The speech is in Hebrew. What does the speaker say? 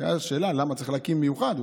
הייתה שאלה: למה צריך להקים במיוחד?